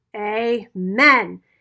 Amen